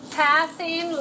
passing